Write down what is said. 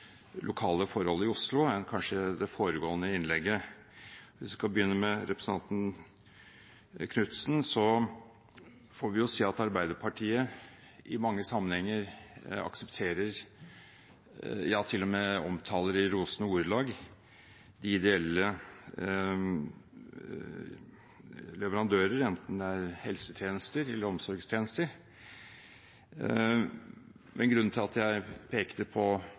lokale forhold i Oslo enn kanskje det foregående innlegget. Hvis vi skal begynne med representanten Knutsen, får vi jo si at Arbeiderpartiet i mange sammenhenger aksepterer – ja til og med omtaler i rosende ordelag – de ideelle leverandører, enten det gjelder helsetjenester eller omsorgstjenester. Men grunnen til at jeg pekte på